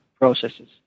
processes